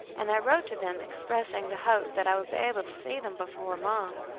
and i wrote to them, expressing the hope that i would be able to see them before long.